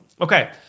Okay